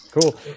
Cool